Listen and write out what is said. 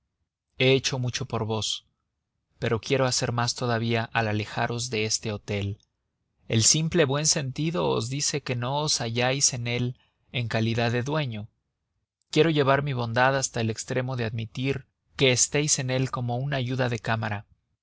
he hecho mucho por vos pero quiero hacer más todavía al alejaros de este hotel el simple buen sentido os dice que no os halláis en él en calidad de dueño quiero llevar mi bondad hasta el extremo de admitir que estéis en él como un ayuda de cámara